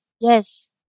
yes